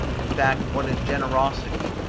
in fact, what is generosity,